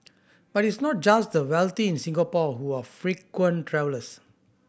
but it's not just the wealthy in Singapore who are frequent travellers